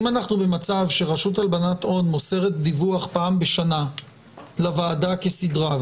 שאם אנחנו במצב שהרשות להלבנת הון מוסרת דיווח פעם בשנה לוועדה כסדרה,